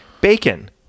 bacon